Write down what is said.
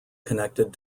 connected